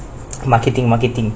marketing marketing